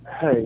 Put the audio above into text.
Hey